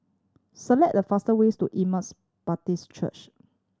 select the fastest ways to Emmaus Baptist Church